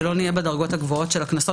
כדי שלא יהיה בדרגות הגבוהות של הקנסות